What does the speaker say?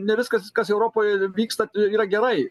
ne viskas kas europoje vyksta yra gerai